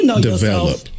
develop